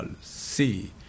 see